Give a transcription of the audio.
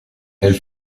elles